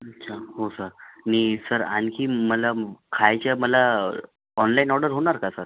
अच्छा हो सर नी सर आणखी मला खायच्या मला ऑनलाईन ऑर्डर होणार का सर